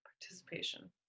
Participation